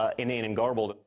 ah inane, and garbled.